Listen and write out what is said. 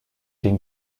den